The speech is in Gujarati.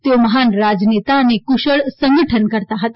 તેઓ મહાન રાજનેતા અને કુશળ સંગઠનકર્તા હતા